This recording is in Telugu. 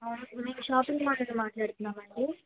అవును మేము షాపింగ్ మాల్ నుండి మాట్లాడుతున్నామండి